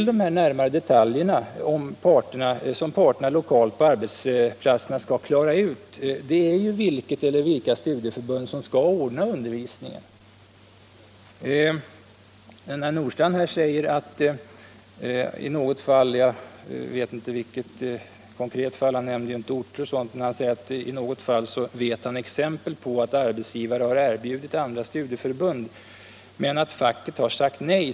De närmare detaljerna som parterna lokalt på arbetsplatserna skall klara ut rör bl.a. vilket eller vilka studieförbund som skall ordna undervisningen. Herr Nordstrandh tar ett konkret fall — jag vet inte vilket eftersom han inte nämner några orter — med exempel på att arbetsgivare har erbjudit undervisningen till andra studieförbund men att facket har sagt nej.